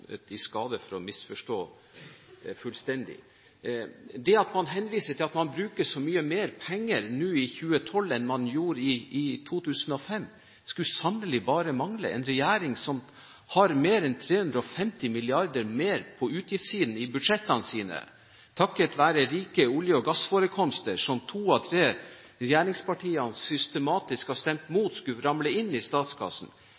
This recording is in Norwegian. i skade for å misforstå fullstendig. Man henviser til at man bruker så mye mer penger nå i 2012 enn man gjorde i 2005, men det skulle sannelig bare mangle, med en regjering som har mer enn 350 mrd. kr mer på utgiftssiden i budsjettene sine, takket være rike olje- og gassforekomster, som to av tre regjeringspartier systematisk har stemt